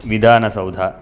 Vidhana Soudha